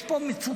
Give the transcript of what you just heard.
יש פה מצוקה.